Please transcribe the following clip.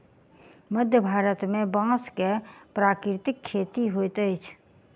मध्य भारत में बांस के प्राकृतिक खेती होइत अछि